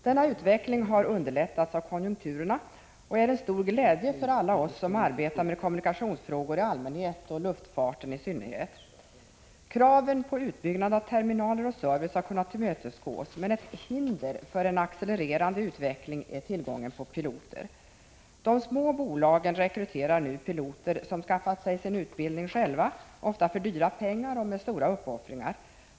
Denna utveckling har underlättats av konjunkturerna och är en stor glädje för alla oss som arbetar med kommunikationsfrågor i allmänhet och luftfarten i synnerhet. Kraven på utbyggnad av terminaler och service har kunnat tillmötesgås, men ett hinder för en accelererande utveckling är tillgången på piloter. De små bolagen rekryterar nu piloter som skaffat sig sin utbildning själva, ofta för dyra pengar och med stora uppoffringar.